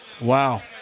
Wow